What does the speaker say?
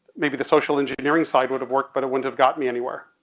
maybe the social engineering side would have worked, but it wouldn't have gotten me anywhere,